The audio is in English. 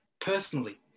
personally